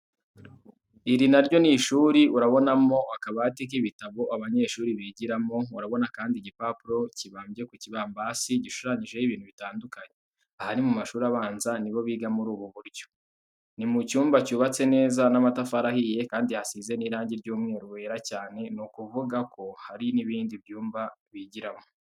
Iri naryo nishuri urabonamo akabati kibitabo abanyeshuri bigiramo urabona kandi igipaporo kibambye kukibambasi gishushanyijeho ibintu bitandukanye aha nimumashuri abanza nibo biga murububuryo. nimucyumba cyubatse neza namatafari ahiye kandi hasize nirangi ryumweru wera cyane nukuvugako hari nibindi byumba bigiramo.